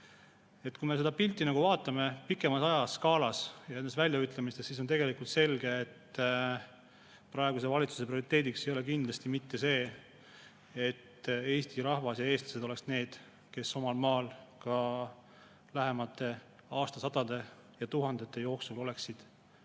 vaatame seda pilti pikemas ajaskaalas ja [kuulame] neid väljaütlemisi, siis on selge, et praeguse valitsuse prioriteediks ei ole kindlasti mitte see, et eesti rahvas ja eestlased oleks need, kes omal maal ka lähemate aastasadade ja ‑tuhandete jooksul elaksid.